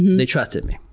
they trusted me.